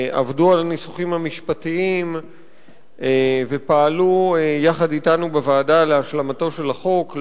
עבדו על הניסוחים המשפטיים ופעלו יחד אתנו בוועדה להשלמתו של החוק,